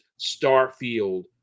Starfield